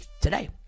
today